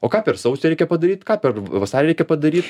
o ką per sausį reikia padaryt ką per vasarį reikia padaryt